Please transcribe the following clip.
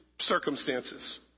circumstances